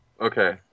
Okay